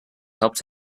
helped